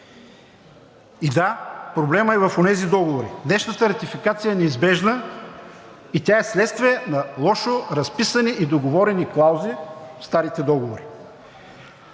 И да, проблемът е в онези договори. Днешната ратификация е неизбежна и тя е вследствие на лошо разписани и договорени клаузи в старите договори.